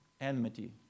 enmity